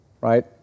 Right